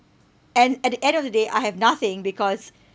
and at the end of the day I have nothing because